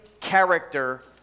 character